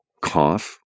cough